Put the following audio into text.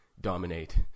dominate